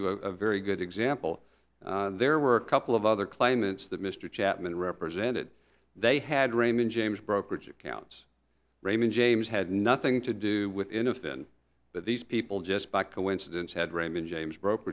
you a very good example there were a couple of other claimants that mr chapman represented they had raymond james brokerage accounts raymond james had nothing to do with enough then but these people just by coincidence had raymond james broke